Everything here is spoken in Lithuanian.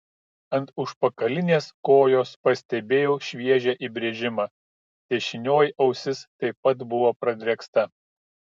ant užpakalinės kojos pastebėjau šviežią įbrėžimą dešinioji ausis taip pat buvo pradrėksta